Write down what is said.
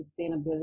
sustainability